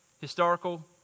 historical